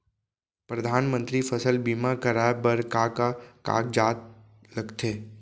परधानमंतरी फसल बीमा कराये बर का का कागजात लगथे?